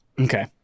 okay